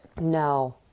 No